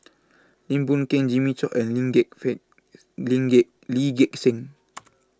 Lim Boon Keng Jimmy Chok and Lim Gek Seng Lim Gek Lee Gek Seng